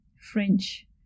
french